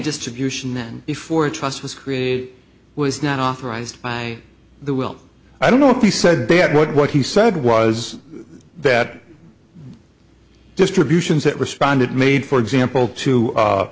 distribution and before a trust was created was not authorized by the will i don't know if he said bad what he said was that the distributions that responded made for example to